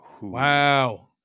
Wow